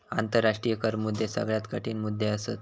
आंतराष्ट्रीय कर मुद्दे सगळ्यात कठीण मुद्दे असत